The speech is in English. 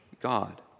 God